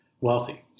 wealthy